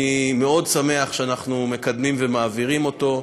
אני מאוד שמח שאנחנו מקדמים ומעבירים אותו,